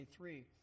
23